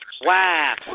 Wow